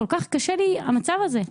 כל כך קשה לי המצב הזה.